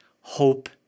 hope